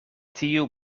tiu